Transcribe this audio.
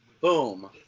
Boom